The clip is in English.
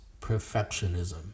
perfectionism